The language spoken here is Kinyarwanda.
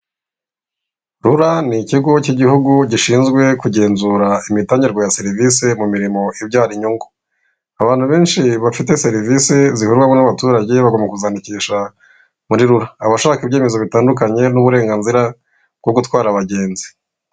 Rura ni ikigo cy'igihugu gishinzwe kugenzura imitangirwe ya serivisi mu mirimo ibyara inyungu abantu benshi baba bafite serivisi ziyobonwa n'abaturage bagomba kuzidikisha muri rura abashaka ibyemezo bitandukanye n'uburenganzira bwo gutwara abagenzi.